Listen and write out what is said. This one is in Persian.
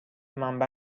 منبع